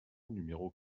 numéro